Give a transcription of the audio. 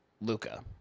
Luca